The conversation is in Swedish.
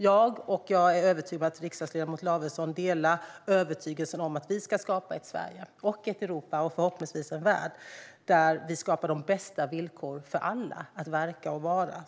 Jag vill, och är övertygad om att riksdagsledamot Lavesson delar övertygelsen om, att vi ska skapa ett Sverige, ett Europa och förhoppningsvis en värld där vi har de bästa villkoren för alla att verka och vara.